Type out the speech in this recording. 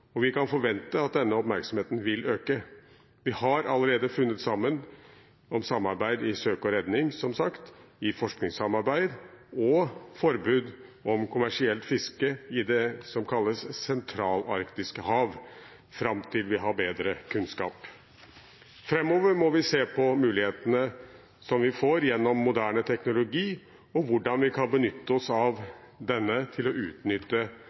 om. Vi kan forvente at denne oppmerksomheten vil øke. Vi har allerede funnet sammen i samarbeid om søk og redning – som sagt – om forskning og om forbud mot kommersielt fiske i det som kalles det sentralarktiske hav, fram til vi har bedre kunnskap. Framover må vi se på mulighetene som vi får gjennom moderne teknologi, og på hvordan vi kan benytte oss av denne til å utnytte